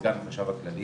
זה החשב הכללי,